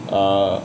err